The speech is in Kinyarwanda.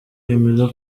yemeza